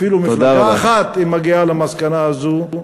אפילו אם מפלגה אחת מגיעה למסקנה הזאת,